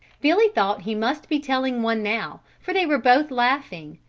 billy thought he must be telling one now for they were both laughing,